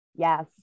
Yes